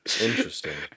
interesting